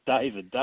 David